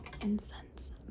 incense